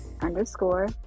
underscore